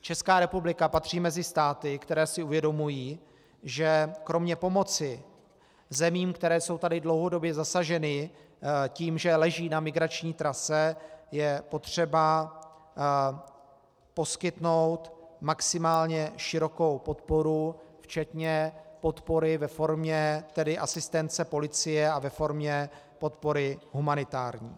Česká republika patří mezi státy, které si uvědomují, že kromě pomoci zemím, které jsou tady dlouhodobě zasaženy tím, že leží na migrační trase, je potřeba poskytnout maximálně širokou podporu včetně podpory ve formě asistence policie a ve formě podpory humanitární.